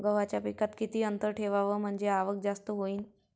गव्हाच्या पिकात किती अंतर ठेवाव म्हनजे आवक जास्त होईन?